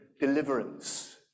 deliverance